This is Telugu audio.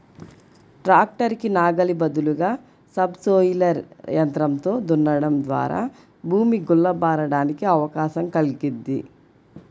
ట్రాక్టర్ కి నాగలి బదులుగా సబ్ సోయిలర్ యంత్రంతో దున్నడం ద్వారా భూమి గుల్ల బారడానికి అవకాశం కల్గిద్ది